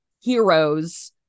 heroes